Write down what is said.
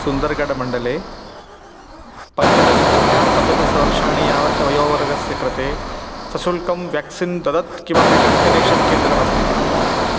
सुन्दरगढमण्डले पञ्चदशतः सप्तदशवर्षाणि यावत् वयोवर्गस्य कृते सशुल्कं वेक्सीन् ददतः किमपि व्याक्सिनेषन् केन्द्रमस्ति किम्